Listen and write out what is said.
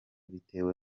bitewe